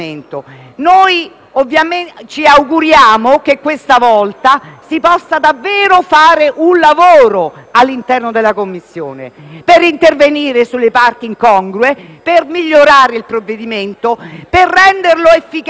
Ci auguriamo che questa volta si possa davvero fare un lavoro all'interno della Commissione per intervenire sulle parti incongrue in modo da migliorare il provvedimento e renderlo efficace ed efficiente.